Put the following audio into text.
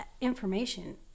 information